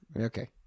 Okay